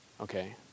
Okay